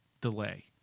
delay